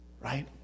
Right